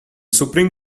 supreme